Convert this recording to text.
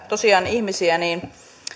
tosiaan auttaa